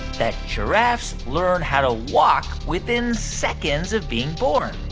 that giraffes learn how to walk within seconds of being born?